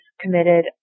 committed